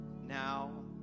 now